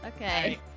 Okay